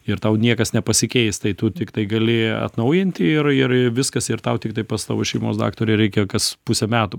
ir tau niekas nepasikeis tai tu tiktai gali atnaujinti ir ir viskas ir tau tiktai pas tavo šeimos daktarą reikia kas pusę metų